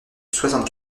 soixante